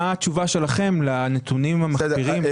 מה התשובה שלכם לנתונים המחפירים.